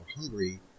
hungry